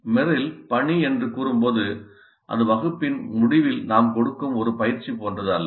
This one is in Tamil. மெர்ரில் 'பணி' என்று கூறும்போது அது வகுப்பின் முடிவில் நாம் கொடுக்கும் ஒரு பயிற்சி போன்றது அல்ல